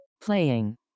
Playing